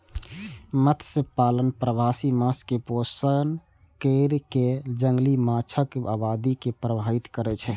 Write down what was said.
मत्स्यपालन प्रवासी माछ कें पोषण कैर कें जंगली माछक आबादी के प्रभावित करै छै